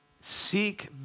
seek